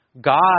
God